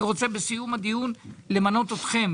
אני רוצה בסיום הדיון למנות אתכם,